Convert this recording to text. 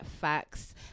Facts